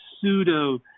pseudo